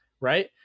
right